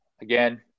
Again